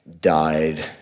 died